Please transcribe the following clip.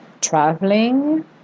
traveling